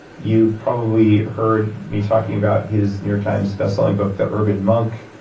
you probably heard me talking about his new york times bestselling book, the urban monk.